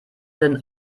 denn